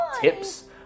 tips